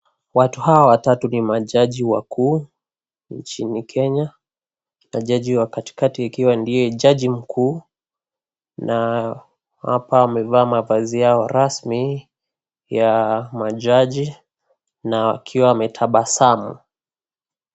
Watu hawa watatu ni majaji wakuu nchini Kenya na jaji wa katikati ikiwa ndiye jaji mkuu na hapa wamevaa mavazi yao rasmi ya majaji na wakiwa wametabasamu.